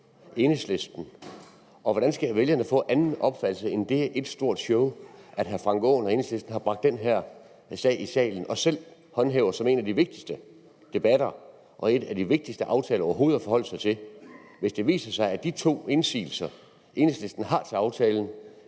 Enhedslisten? Hvordan skal vælgerne få en anden opfattelse, end at det er et stort show, at hr. Frank Aaen og Enhedslisten har bragt den sag herned i salen og selv fremhæver det som en af de vigtigste debatter og en af de vigtigste aftaler overhovedet at forholde sig til, hvis det viser sig, at de to indsigelser, Enhedslisten har til aftalen,